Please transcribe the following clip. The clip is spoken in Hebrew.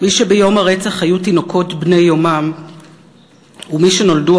מי שביום הרצח היו תינוקות בני יומם ומי שנולדו